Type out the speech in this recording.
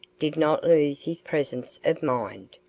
did not lose his presence of mind,